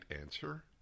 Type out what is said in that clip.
answer